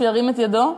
שירים את ידו.